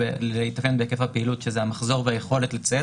בהיקף הפעילות שזה המחזור והיכולת לציית